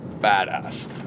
badass